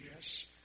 yes